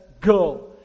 Go